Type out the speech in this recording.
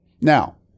Now